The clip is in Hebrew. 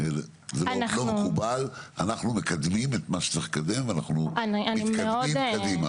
אנחנו מקדמים את מה שצריך לקדם ואנחנו מתקדמים קדימה.